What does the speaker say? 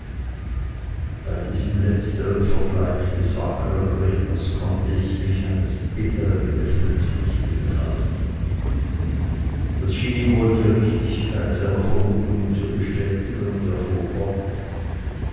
bei diesem letztern vergleich des wackern redners konnte ich mich eines bittern lächelns nicht enthalten das schien ihm wohl die richtigkeit seiner vermutungen zu bestätigen und er